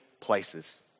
places